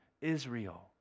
Israel